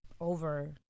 over